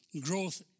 growth